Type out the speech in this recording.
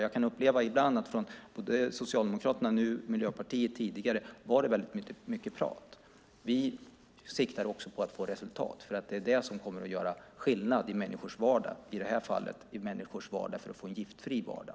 Jag kan uppleva att det från Socialdemokraterna nu och från Miljöpartiet tidigare var mycket prat. Vi siktar på att också få resultat. Det är det som kommer att göra skillnad i människors vardag, i det här fallet för att få en giftfri vardag.